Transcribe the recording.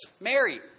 Mary